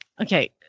Okay